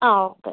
ആ ഓക്കെ